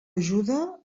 ajuda